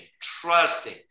trusting